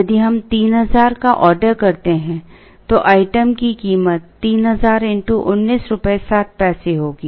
यदि हम 3000 का ऑर्डर करते हैं तो आइटम की कीमत 3000 x 19 रुपये 60 पैसे होगी